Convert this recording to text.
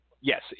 Yes